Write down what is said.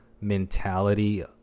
mentality